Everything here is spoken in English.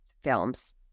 films